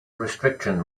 restriction